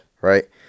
Right